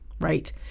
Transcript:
right